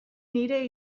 nire